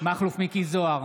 מכלוף מיקי זוהר,